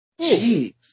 Jeez